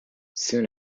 soon